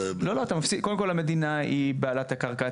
קודם כל המדינה היא בעלת הקרקע.